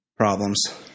problems